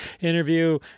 interview